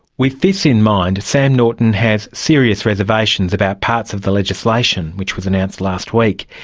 with this in mind, sam norton has serious reservations about parts of the legislation which was announced last week.